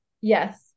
Yes